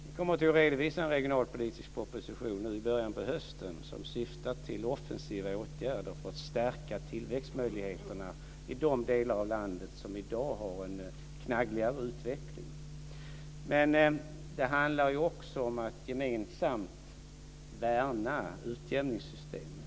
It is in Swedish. Vi kommer att redovisa en regionalpolitisk proposition i början av hösten som syftar till offensiva åtgärder för att stärka tillväxtmöjligheterna i de delar av landet som i dag har en knaggligare utveckling. Men det handlar också om att gemensamt värna utjämningssystemet.